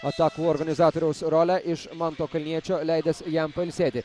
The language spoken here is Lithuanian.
atakų organizatoriaus rolę iš manto kalniečio leidęs jam pailsėti